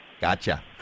Gotcha